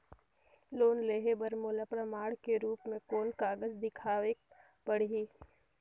Loan लेहे बर मोला प्रमाण के रूप में कोन कागज दिखावेक पड़ही?